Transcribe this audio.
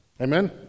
Amen